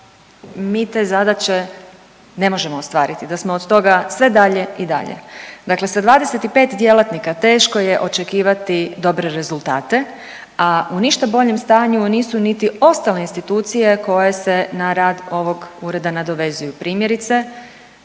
mi te zadaće ne možemo ostvariti, da smo od toga sve dalje i dalje. Dakle, sa 25 djelatnika teško je očekivati dobre rezultate, a u ništa boljem stanju nisu niti ostale institucije koje se na rad ovog Ureda nadovezuju. Primjerice